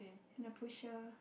and the pusher